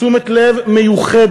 תשומת לב מיוחדת